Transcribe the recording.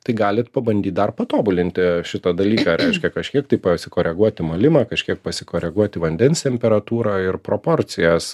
tai galit pabandyt dar patobulinti šitą dalyką reiškia kažkiek tai pasikoreguoti malimą kažkiek pasikoreguoti vandens temperatūrą ir proporcijas